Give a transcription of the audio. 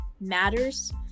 matters